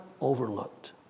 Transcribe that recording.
overlooked